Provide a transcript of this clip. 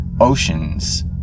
oceans